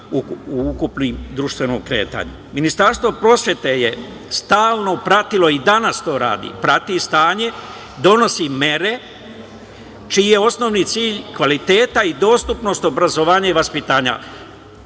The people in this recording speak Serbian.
u ukupnom društvenom kretanju. Ministarstvo prosvete je stalno pratilo, i danas to radi, prati stanje, donosi mere, čiji je osnovni cilj kvalitet i dostupnost obrazovanja i vaspitanja. Naglašavam,